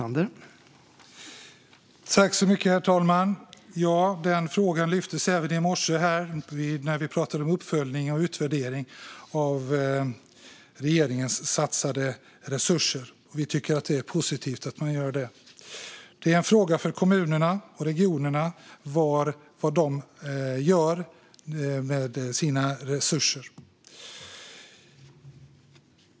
Herr talman! Denna fråga lyftes upp här även i morse när vi pratade om uppföljning och utvärdering av regeringens satsade resurser. Vi tycker att det är positivt att man gör det. Det är en fråga för kommunerna och regionerna vad de gör med sina resurser.